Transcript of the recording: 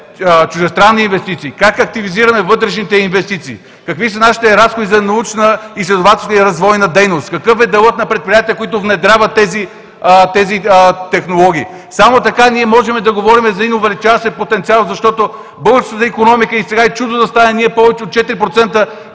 чуждестранни инвестиции, как активизираме вътрешните инвестиции, какви са нашите разходи за научна, изследователска и развойна дейност, какъв е делът на предприятията, които внедряват тези технологии. Само така ние можем да говорим за един увеличаващ се потенциал, защото сега и чудо да стане в